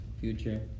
future